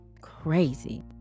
crazy